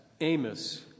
Amos